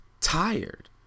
tired